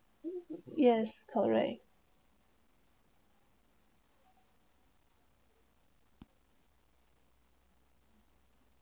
yes correct